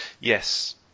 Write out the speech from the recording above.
yes